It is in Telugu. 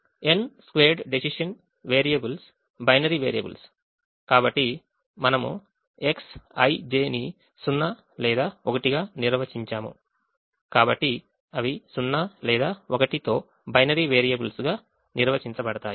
N squared decision variables binary variables కాబట్టి మనము Xij ని 0 లేదా 1 గా నిర్వచించాము కాబట్టి అవి 0 లేదా 1 తో బైనరీ వేరియబుల్స్ గా నిర్వచించబడతాయి